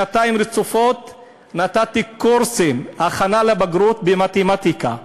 שנתיים רצופות נתתי קורסים של הכנה לבגרות במתמטיקה.